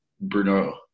Bruno